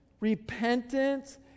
repentance